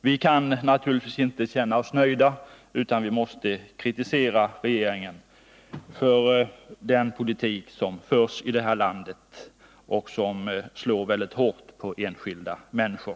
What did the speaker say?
Vi kan naturligtvis inte känna oss nöjda, utan vi måste kritisera regeringen för den politik som förs och som slår väldigt hårt mot enskilda människor.